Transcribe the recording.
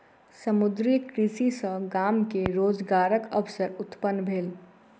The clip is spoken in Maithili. समुद्रीय कृषि सॅ गाम मे रोजगारक अवसर उत्पन्न भेल